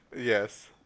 Yes